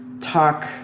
talk